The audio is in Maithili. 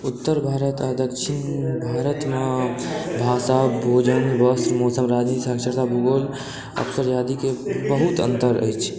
उत्तर भारत आ दक्षिण भारतमे भाषा भोजन वस्त्र मौसम राजनीति शास्त्र भूगोल अवसर आदिके बहुत अन्तर अछि